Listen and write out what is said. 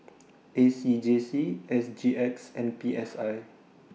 A C J C S G X and P S I